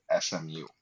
SMU